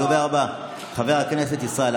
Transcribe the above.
רוטמן,